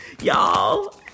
y'all